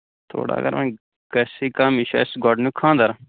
تھوڑا اَگر وَنۍ گژھِ کَم یہِ چھُ اَسہِ گۄڈٕنیُک خاندر